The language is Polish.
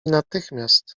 natychmiast